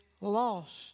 lost